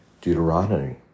Deuteronomy